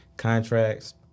Contracts